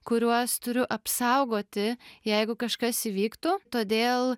kuriuos turiu apsaugoti jeigu kažkas įvyktų todėl